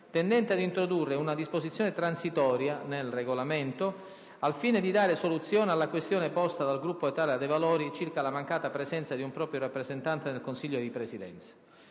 tendente ad introdurre una disposizione transitoria nel Regolamento al fine di dare soluzione alla questione posta dal Gruppo dell'Italia dei Valori circa la mancata presenza di un proprio rappresentante nel Consiglio di Presidenza.